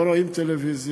לא רואים טלוויזיה